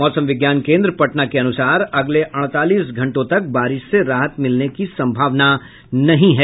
मौसम विज्ञान केंद्र पटना के अनुसार अगले अड़तालीस घंटें तक बारिश से राहत मिलने की संभावना नहीं है